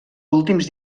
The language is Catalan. últims